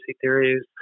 theories